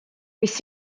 mis